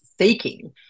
seeking